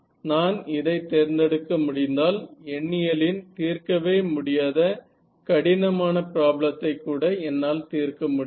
நான் இதை தேர்ந்தெடுக்க முடிந்தால் எண்ணியலின் தீர்க்கவே முடியாத கடினமான ப்ராப்ளத்தை கூட என்னால் தீர்க்க முடியும்